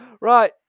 Right